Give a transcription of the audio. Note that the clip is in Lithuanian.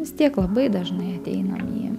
vis tiek labai dažnai ateinam į